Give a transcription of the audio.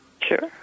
Sure